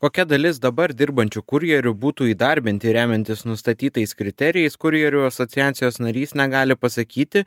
kokia dalis dabar dirbančių kurjerių būtų įdarbinti remiantis nustatytais kriterijais kurjerių asociacijos narys negali pasakyti